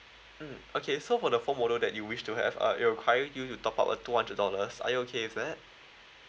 mm okay so for the form model that you wish to have uh it required you to top up a two hundred dollars are you okay with that